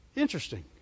interesting